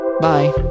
bye